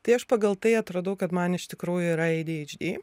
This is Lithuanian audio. tai aš pagal tai atradau kad man iš tikrųjų yra ei dy eidž dy